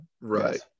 right